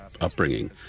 upbringing